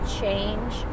change